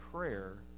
prayer